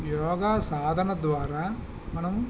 యోగా సాధన ద్వారా మనం